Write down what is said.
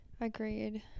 agreed